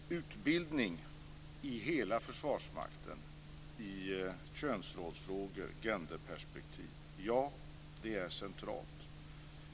Fru talman! Utbildning i hela försvarsmakten i könsrollsfrågor, genderperspektiv - ja, det är centralt.